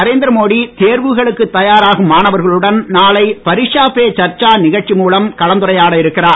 நரேந்திர மோடி தேர்வுகளுக்குத் தயாராகும் மாணவர்களுடன் நாளை பரிசஷா பே சர்ச்சா நிகழ்ச்சி மூலம் கலந்துரையாட இருக்கிறார்